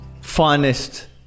finest